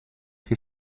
che